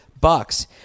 Bucks